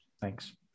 Thanks